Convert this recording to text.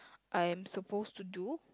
I am suppose to do